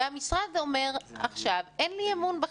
ועכשיו המשרד בעצם אומר "אין לי אמון בכם".